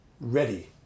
ready